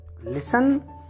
listen